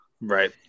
Right